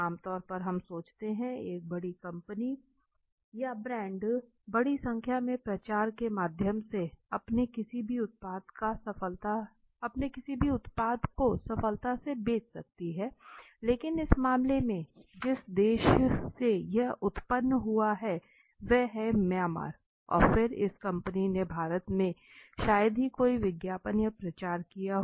आम तौर पर हम सोचते हैं एक बड़ी कंपनी या ब्रांड बड़ी संख्या में प्रचार के माध्यम से अपने किसी भी उत्पाद को सफलता से बेच सकती है लेकिन इस मामले में जिस देश से यह उत्पन्न होता है वह है म्यांमार और फिर इस कंपनी ने भारत में शायद ही कोई विज्ञापन या प्रचार किया हो